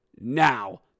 now